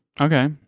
Okay